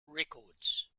records